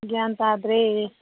ꯒ꯭ꯌꯥꯟ ꯇꯥꯗ꯭ꯔꯦ